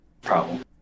problem